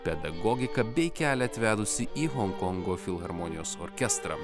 pedagogiką bei kelią atvedusį į honkongo filharmonijos orkestrą